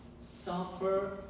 suffer